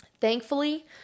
Thankfully